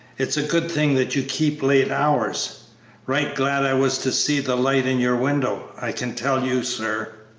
it's a good thing that you keep late hours right glad i was to see the light in your window, i can tell you, sir!